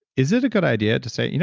is it a good idea to say, you know,